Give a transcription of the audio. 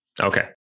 Okay